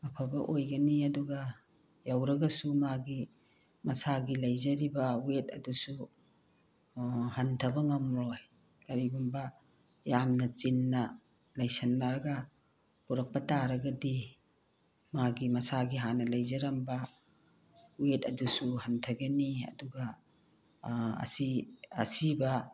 ꯑꯐꯕ ꯑꯣꯏꯒꯅꯤ ꯑꯗꯨꯒ ꯌꯧꯔꯒꯁꯨ ꯃꯥꯒꯤ ꯃꯁꯥꯒꯤ ꯂꯩꯖꯔꯤꯕ ꯋꯦꯠ ꯑꯗꯨꯁꯨ ꯍꯟꯊꯕ ꯉꯝꯂꯣꯏ ꯀꯔꯤꯒꯨꯝꯕ ꯌꯥꯝꯅ ꯆꯤꯟꯅ ꯅꯩꯁꯟꯅꯔꯒ ꯄꯨꯔꯛꯄ ꯇꯥꯔꯒꯗꯤ ꯃꯥꯒꯤ ꯃꯁꯥꯒꯤ ꯍꯥꯟꯅ ꯂꯩꯖꯔꯝꯕ ꯋꯦꯠ ꯑꯗꯨꯁꯨ ꯍꯟꯊꯒꯅꯤ ꯑꯗꯨꯒ ꯑꯁꯤ ꯑꯁꯤꯕ